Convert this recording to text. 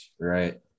Right